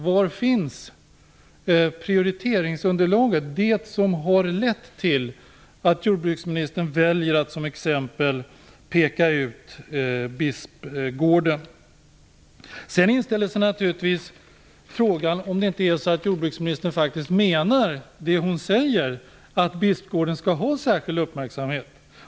Var finns prioriteringsunderlaget, det som har lett till att jordbruksministern väljer att som exempel peka ut Bispgården? Sedan inställer sig naturligtvis frågan om jordbruksministern faktiskt menar det hon säger, att Bispgården skall ha särskild uppmärksamhet.